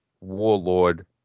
Warlord